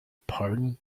pardon